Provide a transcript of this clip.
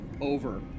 over